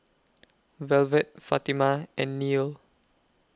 Velvet Fatima and Neal